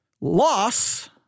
loss